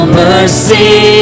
mercy